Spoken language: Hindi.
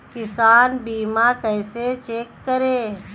किसान बीमा कैसे चेक करें?